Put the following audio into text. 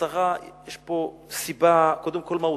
יש פה סיבה קודם כול מהותית.